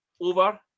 over